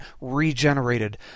regenerated